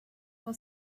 will